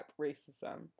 racism